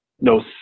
No